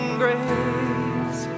grace